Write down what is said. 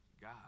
God